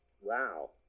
Wow